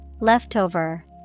Leftover